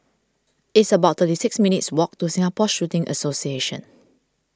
it's about thirty six minutes' walk to Singapore Shooting Association